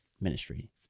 ministry